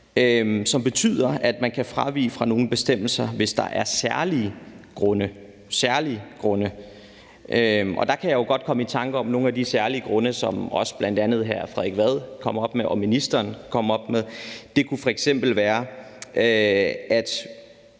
som betyder, at man kan fravige fra nogle bestemmelser, hvis der er særlige grunde. Der kan jeg jo godt komme i tanker om nogle af de særlige grunde, som også bl.a. hr. Frederik Vad kom op med og ministeren kom op med. Det kunne f.eks. være, at